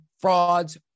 Frauds